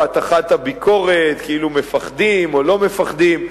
הטחת הביקורת כאילו מפחדים או לא מפחדים.